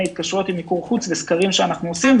פעולות של מיקור חוץ וסקרים שאנחנו עושים,